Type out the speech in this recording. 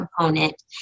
component